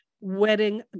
wedding